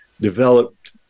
developed